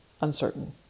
uncertain